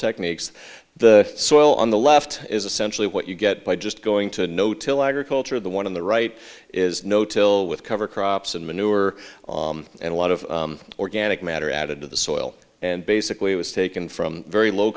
techniques the soil on the left is essentially what you get by just going to no till agriculture the one on the right is no till with cover crops and manure and a lot of organic matter added to the soil and basically was taken from very low